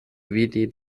vidi